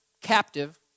captive